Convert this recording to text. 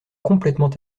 complètement